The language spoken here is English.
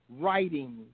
writing